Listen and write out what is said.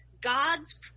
god's